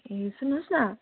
ए सुन्नुहोस् न